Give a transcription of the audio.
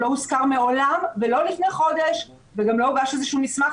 לא הוזכר מעולם ולא לפני חודש וגם לא הובא איזה שהוא מסמך